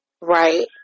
Right